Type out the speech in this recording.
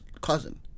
cousin